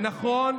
ונכון,